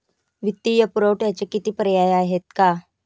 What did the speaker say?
वित्तीय पुरवठ्याचे किती पर्याय आहेत का?